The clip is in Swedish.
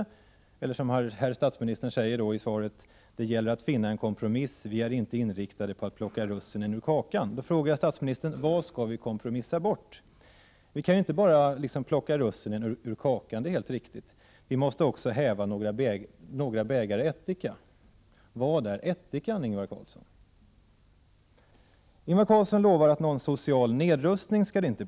I svaret säger nämligen statsministern att det ”alltid gäller att finna en kompromiss”. Vidare säger han: ”Vi är inte inriktade på att ”plocka russinen ur kakan”. ” Men vad skall vi kompromissa bort? Det är helt riktigt att vi inte bara kan plocka russinen ur kakan. Vi måste också häva några bägare ättika. Men vad är det som är ättikan, Ingvar Carlsson? Ingvar Carlsson lovar att det inte skall bli någon social nedrustning.